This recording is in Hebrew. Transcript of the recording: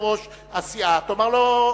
כבר 20 דקות מדבר.